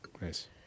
Nice